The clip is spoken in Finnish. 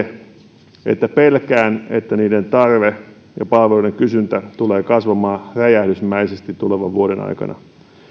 se että pelkään että niiden tarve ja palveluiden kysyntä tulevat kasvamaan räjähdysmäisesti tulevan vuoden aikana